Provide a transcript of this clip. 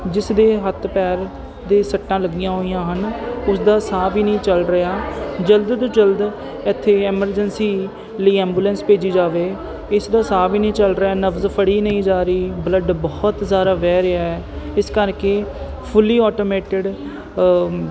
ਜਿਸ ਦੇ ਹੱਥ ਪੈਰ ਦੇ ਸੱਟਾਂ ਲੱਗੀਆਂ ਹੋਈਆਂ ਹਨ ਉਸ ਦਾ ਸਾਹ ਵੀ ਨਹੀਂ ਚੱਲ ਰਿਹਾ ਜਲਦ ਤੋਂ ਜਲਦ ਇੱਥੇ ਐਮਰਜੰਸੀ ਲਈ ਐਬੂਲੈਂਸ ਭੇਜੀ ਜਾਵੇ ਇਸ ਦਾ ਸਾਹ ਵੀ ਨਹੀਂ ਚੱਲ ਰਿਹਾ ਨਬਜ਼ ਫੜੀ ਨਹੀਂ ਜਾ ਰਹੀ ਬਲੱਡ ਬਹੁਤ ਜ਼ਿਆਦਾ ਵਹਿ ਰਿਹਾ ਇਸ ਕਰਕੇ ਫੁੱਲੀ ਆਟੋਮੈਟਡ